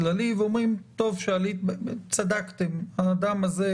עורכת הדין לימור מגן תלם פותחת איתנו את הבוקר.